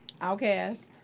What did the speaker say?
Outcast